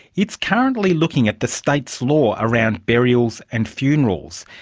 it's currently looking at the state's law around burials and funerals.